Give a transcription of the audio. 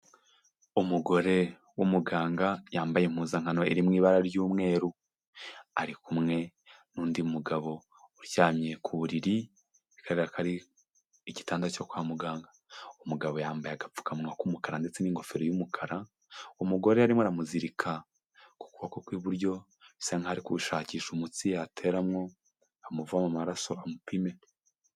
Umugore w'umuganga yambaye impuzankano iri mu ibara ry'umweru ari kumwe n'undi mugabo, uryamye ku buriri bigaragara ko ari igitanda cyo kwa muganga, umugabo yambaye agapfukamuwa k'umukara ndetse n'ingofero y'umukara, umugore arimo aramuzirika ku kuboko kw'iburyo bisa nk'aho ari gushakisha umutsi yateramo, amuvamo amaraso amupime.